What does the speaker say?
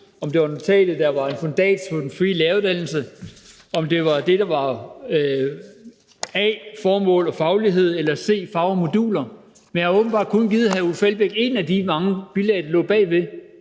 der var en fundats for den frie læreruddannelse, om det var a) formål og faglighed eller c) fag og moduler, men jeg har åbenbart kun givet hr. Uffe Elbæk et af de mange bilag, der lå bagved.